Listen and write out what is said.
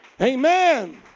Amen